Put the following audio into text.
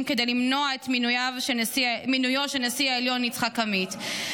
כדי למנוע את מינויו של יצחק עמית לנשיא העליון.